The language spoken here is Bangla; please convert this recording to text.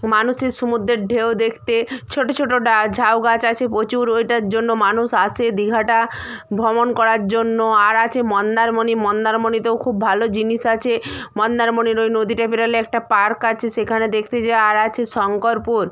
মানুষের সমুদ্রের ঢেউ দেখতে ছোটো ছোটো ডাও ঝাউ গাছ আছে প্রচুর ওইটার জন্য মানুষ আসে দীঘাটা ভ্রমণ করার জন্য আর আছে মন্দারমণি মন্দারমণিতেও খুব ভালো জিনিস আছে মন্দারমণির ওই নদীটা পেরোলে একটা পার্ক আছে সেখানে দেখতে যাওয়ার আছে শঙ্করপুর